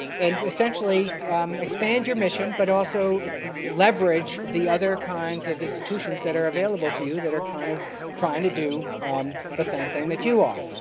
and essentially expand your mission but also leverage the other kinds of institutions that are available to you that are kind of trying to do the same thing you are.